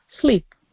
sleep